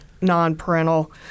non-parental